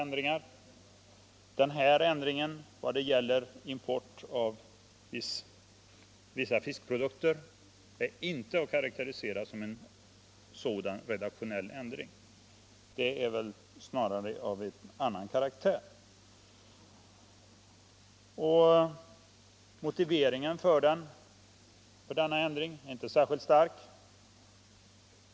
Men den här ändringen, som rör import av vissa fiskeprodukter, är inte att karaktärisera som redaktionell, utan den är av annan karaktär. Motiveringen för denna ändring är inte särskilt stark.